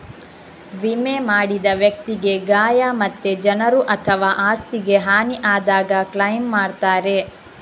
ವಿಮೆ ಮಾಡಿದ ವ್ಯಕ್ತಿಗೆ ಗಾಯ ಮತ್ತೆ ಜನರು ಅಥವಾ ಆಸ್ತಿಗೆ ಹಾನಿ ಆದಾಗ ಕ್ಲೈಮ್ ಮಾಡ್ತಾರೆ